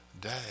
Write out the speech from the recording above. day